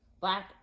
Black